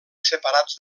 separats